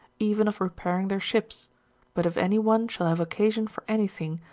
even of repairing their ships but if any one shall have occasion for any thin,